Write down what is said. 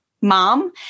mom